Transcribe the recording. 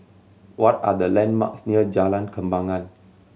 what are the landmarks near Jalan Kembangan